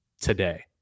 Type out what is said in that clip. today